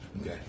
okay